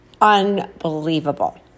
unbelievable